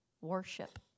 worship